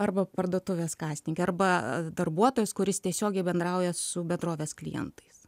arba parduotuvės kasininkė arba darbuotojas kuris tiesiogiai bendrauja su bendrovės klientais